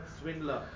swindler